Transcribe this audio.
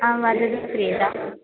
आम् वदतु श्रीदा